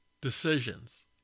decisions